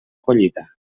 collita